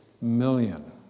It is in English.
million